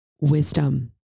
wisdom